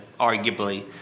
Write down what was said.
arguably